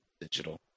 digital